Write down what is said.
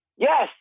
Yes